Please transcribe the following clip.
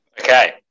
Okay